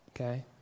Okay